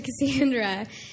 Cassandra